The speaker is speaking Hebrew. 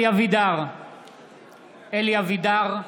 (קורא בשמות חברי הכנסת) אלי אבידר,